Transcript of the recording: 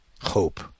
hope